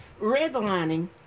redlining